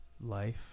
Life